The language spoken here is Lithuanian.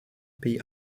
bei